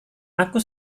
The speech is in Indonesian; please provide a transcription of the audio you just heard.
aku